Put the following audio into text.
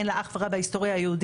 אין לה אח ורע בהיסטוריה היהודית